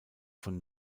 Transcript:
von